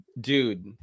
dude